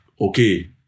okay